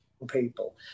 people